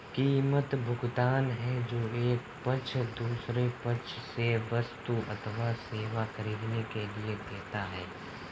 कीमत, भुगतान है जो एक पक्ष दूसरे पक्ष से वस्तु अथवा सेवा ख़रीदने के लिए देता है